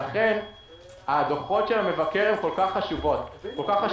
לכן דוחות המבקר כל כך חשובים.